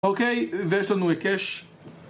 אוקיי, ויש לנו לי היקש